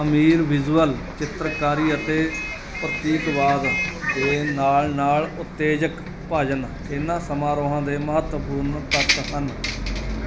ਅਮੀਰ visual ਚਿੱਤਰਕਾਰੀ ਅਤੇ ਪ੍ਰਤੀਕਵਾਦ ਦੇ ਨਾਲ ਨਾਲ ਉਤੇਜਕ ਭਜਨ ਇਨ੍ਹਾਂ ਸਮਾਰੋਹਾਂ ਦੇ ਮਹੱਤਵਪੂਰਨ ਤੱਤ ਹਨ